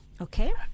Okay